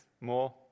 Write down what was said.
more